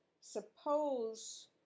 suppose